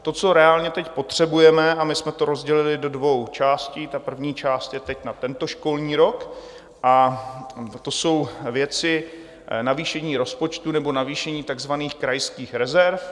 To, co reálně teď potřebujeme a my jsme to rozdělili do dvou částí, první část je teď na tento školní rok, a to jsou věci navýšení rozpočtu nebo navýšení takzvaných krajských rezerv.